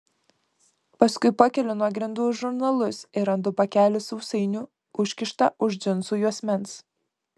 paskui pakeliu nuo grindų žurnalus ir randu pakelį sausainių užkištą už džinsų juosmens